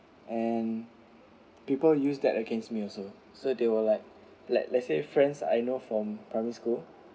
and people use that against me also so they were like let's say friends I know from primary school